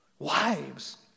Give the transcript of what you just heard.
Wives